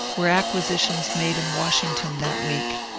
were acquisitions made in washington that week.